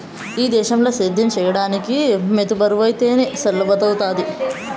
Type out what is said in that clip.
ఈ దేశంల సేద్యం చేసిదానికి మోతుబరైతేనె చెల్లుబతవ్వుతాది